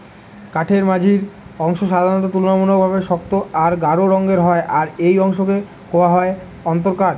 কাঠের মঝির অংশ সাধারণত তুলনামূলকভাবে শক্ত আর গাঢ় রঙের হয় আর এই অংশকে কওয়া হয় অন্তরকাঠ